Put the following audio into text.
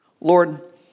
Lord